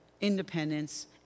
independence